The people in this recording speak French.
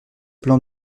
plan